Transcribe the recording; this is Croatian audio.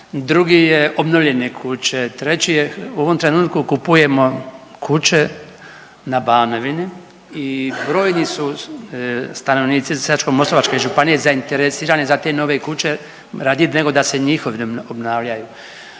drugi je obnovljene kuće, treći je, u ovom trenutku kupujemo kuće na Banovini i brojni su stanovnici Sisačko-moslavačke županije zainteresirani za te nove kuće, radije nego da se njihove obnavljaju.